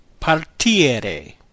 partire